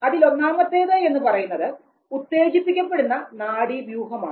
അതിൽ ഒന്നാമത്തേത് എന്നുപറയുന്നത് ഉത്തേജിപ്പിക്കപ്പെടുന്ന നാഡീവ്യൂഹമാണ്